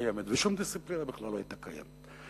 קיימת ושום דיסציפלינה לא היתה קיימת.